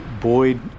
Boyd